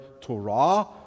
Torah